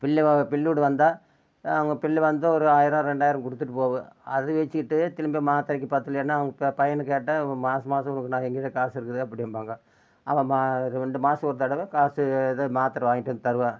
பிள்ளை பிள்ளை வீடு வந்தால் அவங்க பிள்ளை வந்து ஒரு ஆயிரம் ரெண்டாயிரம் கொடுத்துட்டு போகும் அது வெச்சுட்டு திரும்ப மாத்திரைக்கி பத்தலேன்னா இப்போ பையனை கேட்டால் இப்போ மாதம் மாதம் உனக்கு நாங்கள் எங்கேயிருந்து காசு இருக்குது அப்படின்பாங்கோ அவன் ரெண்டு மாதம் ஒரு தடவை காசு ஏதோ மாத்திர வாங்கிகிட்டு வந்து தருவான்